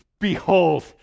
Behold